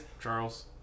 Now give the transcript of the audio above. Charles